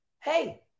Hey